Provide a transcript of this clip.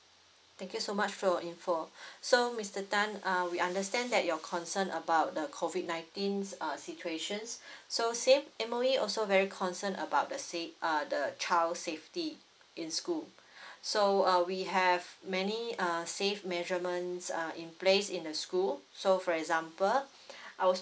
thank you so much for your info so mister tan uh we understand that you're concern about the COVID nineteen uh situation so same M_O_E also very concern about the sa~ uh the child safety in school so uh we have many uh safe measurements uh in place in the school so for example our